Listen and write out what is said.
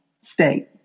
state